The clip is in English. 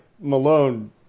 Malone